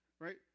right